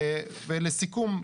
לסיכום,